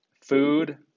food